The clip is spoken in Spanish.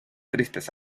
tristes